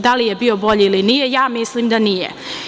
Da li je bio bolji ili nije, ja mislim da nije.